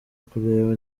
kureba